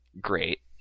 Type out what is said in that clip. Great